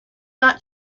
not